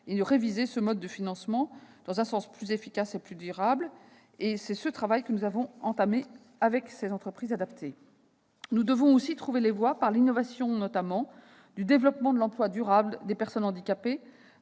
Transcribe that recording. devons réviser ce mode de financement dans un sens plus efficace et plus durable. C'est le travail que nous avons engagé avec les entreprises adaptées. Nous devons aussi trouver les voies, par l'innovation notamment, du développement de l'emploi durable des personnes handicapées